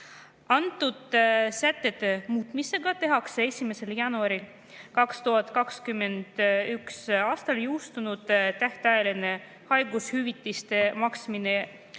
Antud sätete muutmisega muudetakse 1. jaanuaril 2021. aastal jõustunud tähtajaline haigushüvitiste maksmise